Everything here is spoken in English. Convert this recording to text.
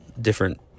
different